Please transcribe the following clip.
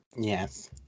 Yes